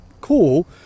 cool